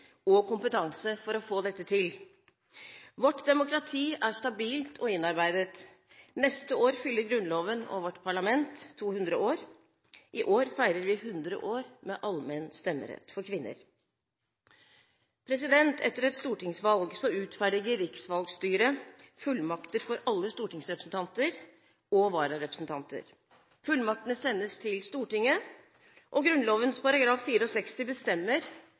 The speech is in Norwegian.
og kompetanse for å få dette til. Vårt demokrati er stabilt og innarbeidet. Neste år fyller Grunnloven og vårt parlament 200 år, i år feirer vi 100 år med allmenn stemmerett for kvinner. Etter et stortingsvalg utferdiger riksvalgstyret fullmakter for alle stortingsrepresentanter og vararepresentanter. Fullmaktene sendes til Stortinget, og Grunnloven § 64 bestemmer